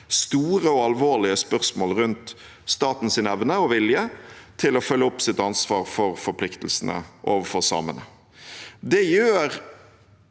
store og alvorlige spørsmål rundt statens evne og vilje til å følge opp sitt ansvar for forpliktelsene overfor samene.